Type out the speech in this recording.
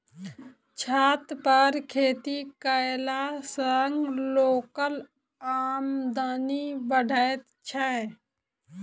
छत पर खेती कयला सॅ लोकक आमदनी बढ़ैत छै